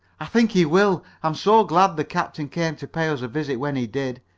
i think he will. i'm so glad the captain came to pay us a visit when he did.